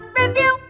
review